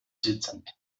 sitzend